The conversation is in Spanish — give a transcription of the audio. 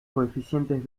coeficientes